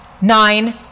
nine